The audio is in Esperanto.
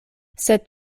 sed